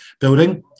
building